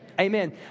Amen